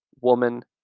woman